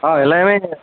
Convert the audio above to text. ஆ எல்லாமே